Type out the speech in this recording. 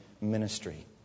ministry